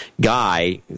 guy